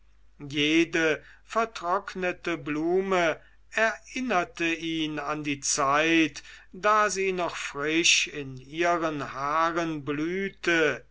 jede vertrocknete blume erinnerte ihn an die zeit da sie noch frisch in ihren haaren blühte